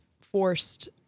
forced